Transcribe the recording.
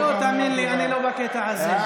לא, תאמין לי, אני לא בקטע הזה.